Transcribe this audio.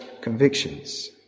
convictions